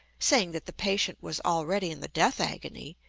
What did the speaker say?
saying that the patient was already in the death agony,